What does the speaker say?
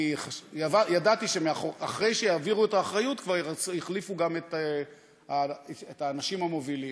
כי ידעתי שאחרי שיעבירו את האחריות כבר יחליפו גם את האנשים המובילים.